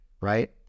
right